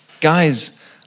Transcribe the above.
Guys